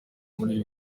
muri